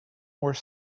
were